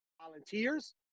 volunteers